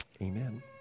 Amen